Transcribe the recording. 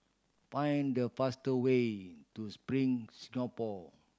find the fast way to Spring Singapore